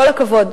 כל הכבוד.